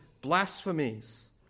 blasphemies